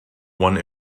one